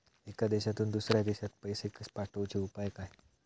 एका देशातून दुसऱ्या देशात पैसे पाठवचे उपाय काय?